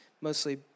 mostly